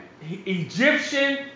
Egyptian